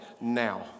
Now